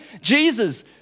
Jesus